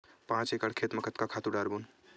पांच एकड़ खेत म कतका खातु डारबोन?